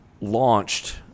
launched